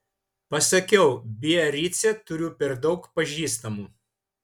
pasakiau biarice turiu per daug pažįstamų